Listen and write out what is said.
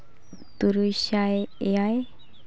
ᱛᱩᱨᱩᱭ ᱥᱟᱭ ᱮᱭᱟᱭ